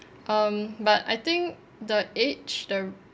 um but I think the age the